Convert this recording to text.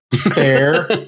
Fair